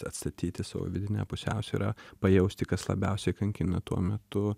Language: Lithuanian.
atstatyti savo vidinę pusiausvyrą pajausti kas labiausiai kankina tuo metu